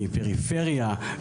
מפריפריה,